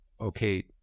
Okay